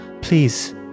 Please